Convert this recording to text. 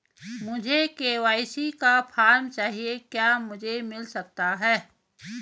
मुझे के.वाई.सी का फॉर्म चाहिए क्या मुझे मिल सकता है?